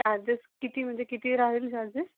charges किती म्हणजे किती राहील चार्जेस